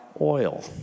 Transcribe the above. oil